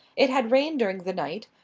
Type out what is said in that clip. it had rained during the night,